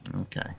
Okay